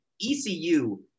ECU